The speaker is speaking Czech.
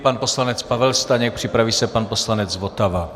Pan poslanec Pavel Staněk, připraví se pan poslanec Votava.